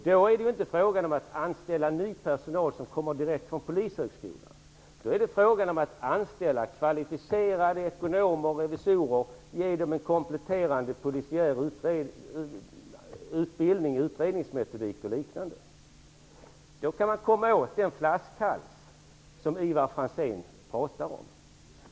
Då är det inte fråga om att anställa personal som kommer direkt från Polishögskolan, utan det är fråga om att anställa kvalificerade ekonomer och revisorer och ge dem en kompletterande polisiär utbildning i utredningsmetodik och liknande. På det viset kan man komma åt den flaskhals som Ivar Franzén talar om.